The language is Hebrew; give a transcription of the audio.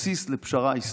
בסיס לפשרה היסטורית.